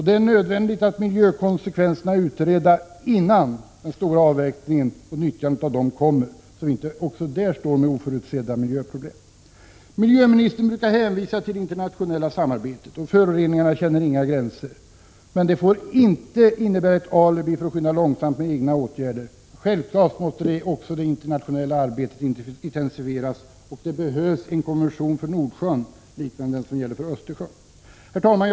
Det är nödvändigt att miljökonsekvenserna är utredda, innan vi börjar nyttja dem så att vi inte också med den förbränningen kommer att stå med oförutsedda miljöproblem. Miljöministern brukar hänvisa till det internationella samarbetet och tala om att föroreningarna inte känner några gränser. Detta innebär inte ett alibi för att skynda långsamt med egna åtgärder. Självfallet måste det internationella arbetet intensifieras. Det behövs en kommission för Nordsjön liknande den som finns för Östersjön. Herr talman!